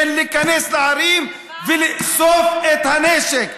כן להיכנס לערים ולאסוף את הנשק.